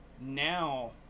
now